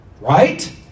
Right